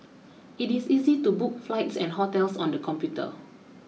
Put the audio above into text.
it is easy to book flights and hotels on the computer